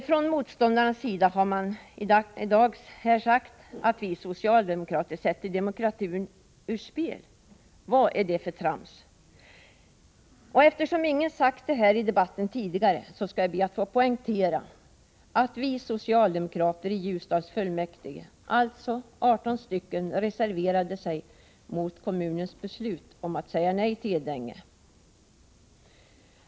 Från motståndarnas sida har man nu sagt att vi socialdemokrater sätter demokratin ur spel. Vad är det för trams! Eftersom ingen har sagt det här i debatten tidigare, skall jag be att få poängtera att vi 18 socialdemokrater i Ljusdals fullmäktige reserverade oss mot kommunens beslut om att säga nej till Edänge.